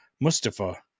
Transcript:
Mustafa